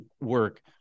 work